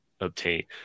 obtain